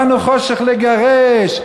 "באנו חושך לגרש",